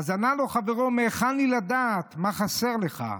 אז ענה לו חברו: מהיכן לי לדעת מה חסר לך?